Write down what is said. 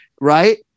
right